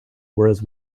whereas